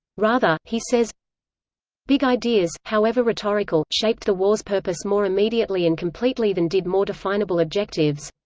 rather, he says big ideas, however rhetorical, shaped the war's purpose more immediately and completely than did more definable objectives.